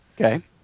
Okay